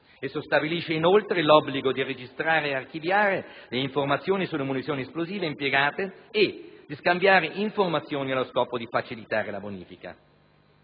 Stabilisce inoltre l'obbligo di registrare e archiviare le informazioni sulle munizioni esplosive impiegate e di scambiare informazioni allo scopo di facilitare la bonifica.